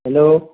hello